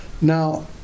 Now